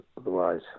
otherwise